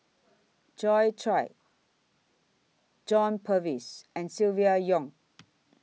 Joi Chua John Purvis and Silvia Yong